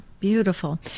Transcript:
Beautiful